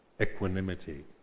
equanimity